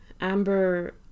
Amber